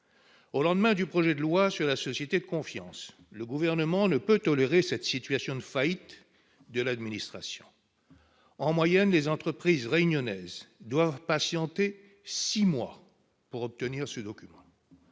Au lendemain du projet de loi sur la société de confiance, le Gouvernement ne peut tolérer cette situation de faillite de l'administration. En moyenne, les entreprises réunionnaises doivent patienter six mois pour obtenir ce document.